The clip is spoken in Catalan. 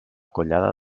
collada